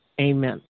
amen